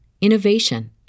innovation